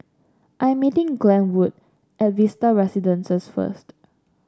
I am meeting Glenwood at Vista Residences first